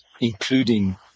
including